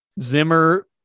Zimmer